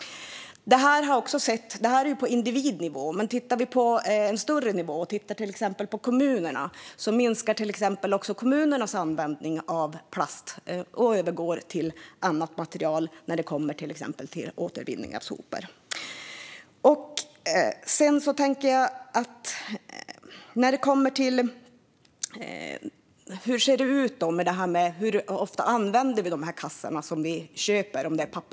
Detta är på individnivå. Men tittar vi på en högre nivå kan vi se att till exempel också kommunernas användning av plast minskar och övergår till annat material. Det ser vi när det kommer till exempelvis återvinning av sopor. Hur ser det då ut med användningen - hur ofta använder vi de papperskassar som vi köper?